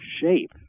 shape